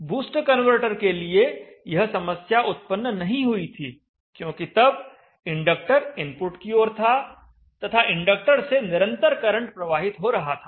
boost converter के लिए यह समस्या उत्पन्न नहीं हुई थी क्योंकि तब इंडक्टर इनपुट की ओर था तथा इंडक्टर से निरंतर करंट प्रवाहित हो रहा था